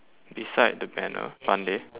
beside the banner fun day